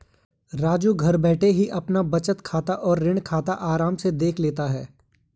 राजू घर बैठे ही अपना बचत खाता और ऋण खाता आराम से देख लेता है